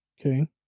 Okay